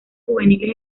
juveniles